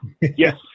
yes